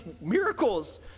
miracles